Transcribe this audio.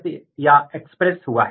किस तरह का इंटरेक्शन है